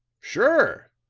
sure!